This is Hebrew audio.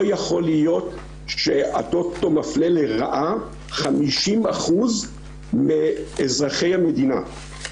לא יכול להיות שהטוטו מפלה לרעה 50% מאזרחי המדינה.